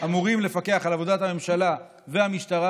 אמורים לפקח על עבודת הממשלה והמשטרה,